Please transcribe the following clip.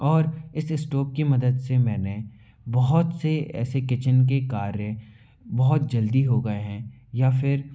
और इस स्टॉव की मदद से मैंने बहुत से ऐसे किचन के कार्य बहुत जल्दी हो गए हैं या फिर